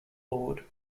lord